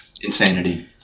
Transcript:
Insanity